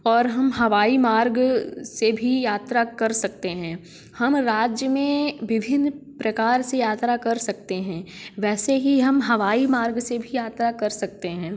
और हम हवाई मार्ग से भी यात्रा कर सकते हैं हम राज्य में विभिन्न प्रकार से यात्रा कर सकते हैं वैसे ही हम हवाई मार्ग से भी यात्रा कर सकते हैं